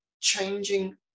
changing